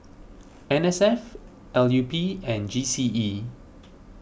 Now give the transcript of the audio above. N S F L U P and G C E